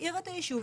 להצעיר את היישוב,